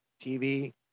TV